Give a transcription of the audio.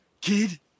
kid